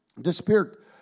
disappeared